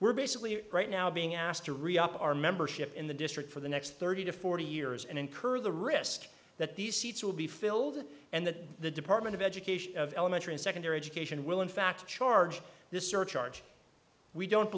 we're basically right now being asked to re up our membership in the district for the next thirty to forty years and incur the risk that these seats will be filled and that the department of education elementary and secondary education will in fact charge this surcharge we don't